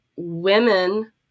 women